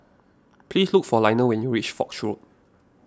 please look for Lionel when you reach Foch Road